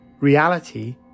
Reality